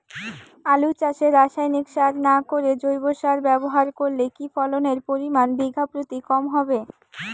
আলু চাষে রাসায়নিক সার না করে জৈব সার ব্যবহার করলে কি ফলনের পরিমান বিঘা প্রতি কম হবে?